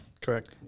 Correct